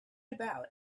about